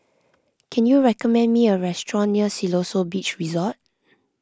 can you recommend me a restaurant near Siloso Beach Resort